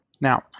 Now